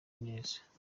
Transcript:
neza